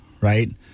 right